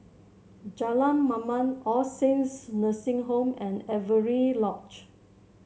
Jalan Mamam All Saints Nursing Home and Avery Lodge